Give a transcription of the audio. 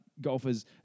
golfers